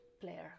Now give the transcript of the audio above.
player